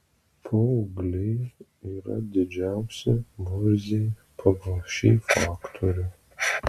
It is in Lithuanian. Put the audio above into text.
paaugliai yra didžiausi murziai pagal šį faktorių